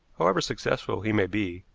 however successful he may be,